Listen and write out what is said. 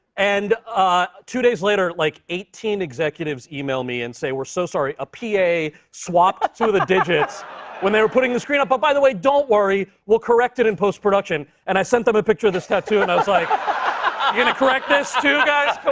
and two days later, like eighteen executives e-mail me and say, we're so sorry. a p a. swapped two sort of the digits when they were putting the screen up. but, by the way, don't worry. we'll correct it in post-production. and i sent them a picture of this tattoo, and i was like. you gonna correct this, too, guys?